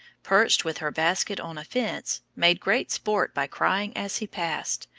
perched with her basket on a fence, made great sport by crying as he passed,